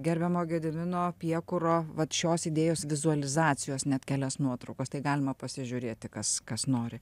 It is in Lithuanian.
gerbiamo gedimino piekuro vat šios idėjos vizualizacijos net kelias nuotraukas tai galima pasižiūrėti kas kas nori